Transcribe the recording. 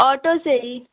auto से ही